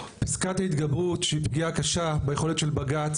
פסקת ההתגברות שהיא פגיעה קשה ביכולת של בג"צ